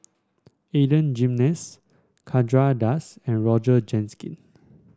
Adan Jimenez Chandra Das and Roger